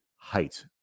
height